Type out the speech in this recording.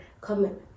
comment